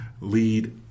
lead